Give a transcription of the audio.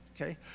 okay